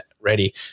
ready